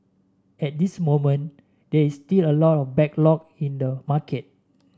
at this moment there is still a lot of backlog in the market